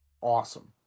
awesome